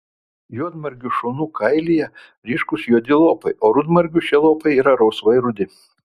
juodmargių šunų kailyje ryškūs juodi lopai rudmargių šie lopai yra rausvai rudi